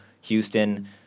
Houston